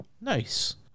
Nice